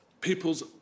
people's